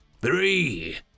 Three